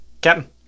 Captain